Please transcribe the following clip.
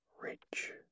Rich